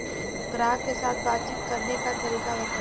ग्राहक के साथ बातचीत करने का तरीका बताई?